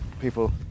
people